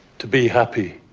to be happy,